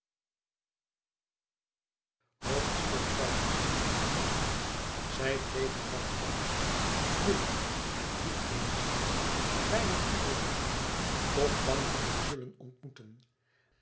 zij bleef een dag thuis moê en diep in zich bijna onbewust toch bang hem te zullen ontmoeten